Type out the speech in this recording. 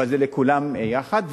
אבל זה לכולם יחד.